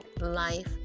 Life